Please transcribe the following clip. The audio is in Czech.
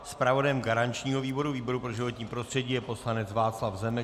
Zpravodajem garančního výboru, výboru pro životní prostředí je poslanec Václav Zemek.